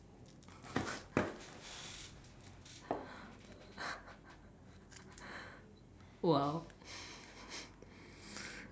!wow!